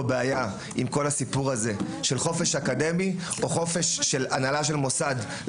בעיה עם כל הסיפור הזה של חופש אקדמי או חופש של הנהלת מוסד.